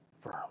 firm